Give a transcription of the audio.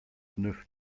neuf